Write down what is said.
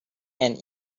and